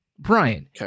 Brian